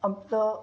आपलं